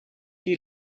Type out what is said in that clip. die